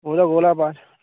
ओह्दा कोला बाद च